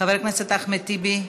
חבר הכנסת אחמד טיבי,